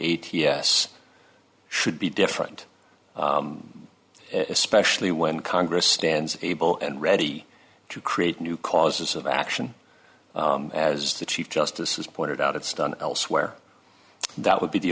s should be different especially when congress stands able and ready to create new causes of action as the chief justice has pointed out it's done elsewhere that would be the